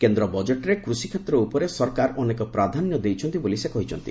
କେନ୍ଦ୍ର ବଜେଟ୍ରେ କୃଷିକ୍ଷେତ୍ର ଉପରେ ସରକାର ଅନେକ ପ୍ରାଧାନ୍ୟ ଦେଇଛନ୍ତି ବୋଲି ସେ କହିଛନ୍ତି